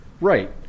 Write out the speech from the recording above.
right